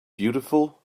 beautiful